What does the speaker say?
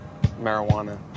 marijuana